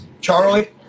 Charlie